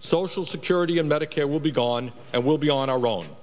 social security and medicare will be gone and we'll be on our own